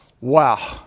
Wow